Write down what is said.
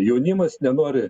jaunimas nenori